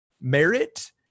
merit